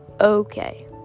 okay